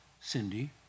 Cindy